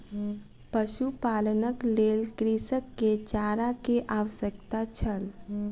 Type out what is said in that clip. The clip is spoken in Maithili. पशुपालनक लेल कृषक के चारा के आवश्यकता छल